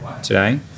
today